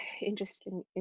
interesting